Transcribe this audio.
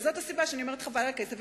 זאת הסיבה לכך שאני אומרת שחבל על הכסף.